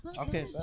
okay